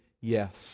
yes